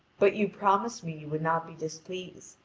but you promised me you would not be displeased,